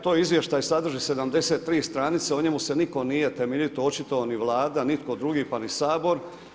Taj izvještaj sadrži 73 stranice, o njemu se nitko nije temeljito očitovao, ni Vlada, nitko drugi, pa ni Sabor.